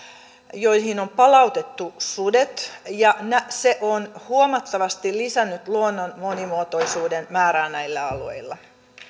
joihin on palautettu sudet ja se on huomattavasti lisännyt luonnon monimuotoisuuden määrää näillä alueilla arvoisa